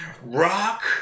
Rock